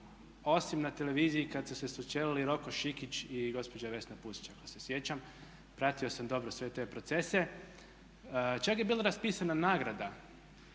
osim na televiziji kad su se sučelili Roko Šikić i gospođa Vesna Pusić ako se sjećam. Pratio sam dobro sve te procese. Čak je bila raspisana nagrada